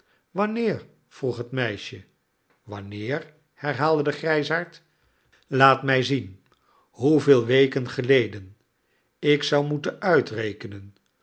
wanneer vroeg het meisje wanneer herhaalde de grijsaard laat mij zien hoeveel weken geleden ik zou moeten uitrekenen